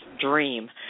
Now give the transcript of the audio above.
dream